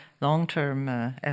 long-term